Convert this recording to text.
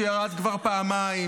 שירד כבר פעמיים,